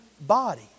body